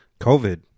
COVID